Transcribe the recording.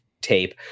tape